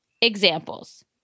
Examples